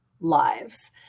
Lives